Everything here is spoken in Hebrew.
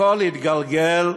הכול התגלגל,